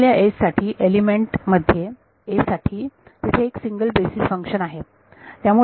दिलेल्या एज साठी एलिमेंट मध्ये a साठी तिथे एक सिंगल बेसीस फंक्शन आहे